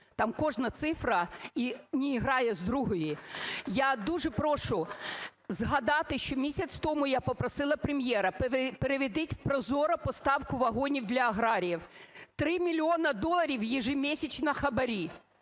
Там кожна цифра і не грає з другої. Я дуже прошу згадати, що місяць тому я попросила Прем'єра, переведіть в ProZorro поставку вагонів для аграріїв. 3 мільйона доларів – ежемесячно хабарі,